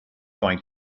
going